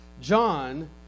John